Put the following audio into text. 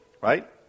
right